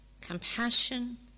compassion